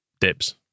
dips